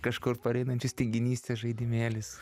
kažkur pareinančios tinginystės žaidimėlis